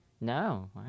No